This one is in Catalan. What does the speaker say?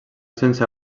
sense